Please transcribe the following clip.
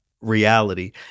reality